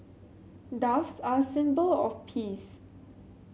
doves are a symbol of peace